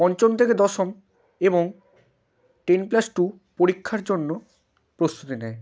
পঞ্চম থেকে দশম এবং টেন প্লাস টু পরীক্ষার জন্য প্রস্তুতি নেয়